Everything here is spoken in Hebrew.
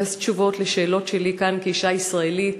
לחפש תשובות על שאלות שלי כאן כאישה ישראלית,